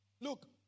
Look